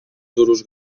duros